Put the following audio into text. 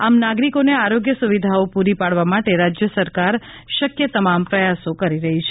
આમ નાગરિકોને આરોગ્યસુવિધાઓ પૂરી પાડવા માટે રાજ્ય સરકાર શક્ય તમામ પ્રયાસો કરી રહી છે